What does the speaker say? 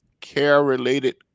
care-related